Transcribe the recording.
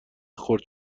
خورد